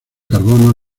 carbono